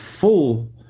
full